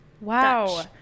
Wow